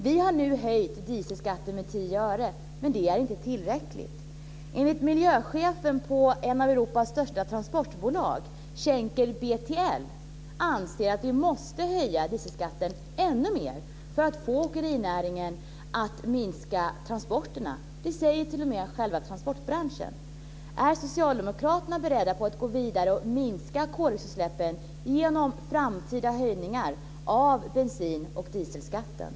Vi har nu höjt dieselskatten med tio öre, men det är inte tillräckligt. Miljöchefen på ett av Europas största transportbolag, Shenker BTL, anser att vi måste höja dieselskatten ännu mer för att få åkerinäringen att minska transporterna. Det säger man t.o.m. inom transportbranschen. Är socialdemokraterna beredda att gå vidare och minska koldioxidutsläppen genom framtida höjningar av bensin och dieselskatterna?